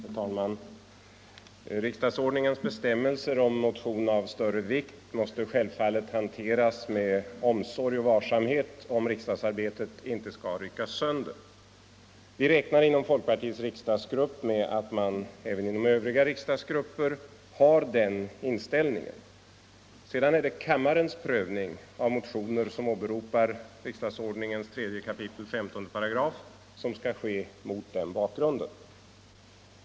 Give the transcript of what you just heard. Herr talman! Riksdagsordningens bestämmelser om motion med anledning av händelse av större vikt måste självfallet hanteras med omsorg och varsamhet om riksdagsarbetet inte skall ryckas sönder. Vi räknar inom folkpartiets riksdagsgrupp med att man även inom övriga riksdagsgrupper har den inställningen. Kammarens prövning av motioner som åberopar 3 kap. 15§ riksdagsordningen skall sedan ske mot den bakgrunden.